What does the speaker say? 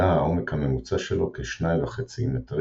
היה העומק הממוצע שלו כ-2.5 מ',